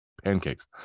pancakes